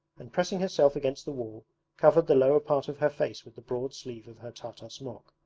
and pressing herself against the wall covered the lower part of her face with the broad sleeve of her tartar smock.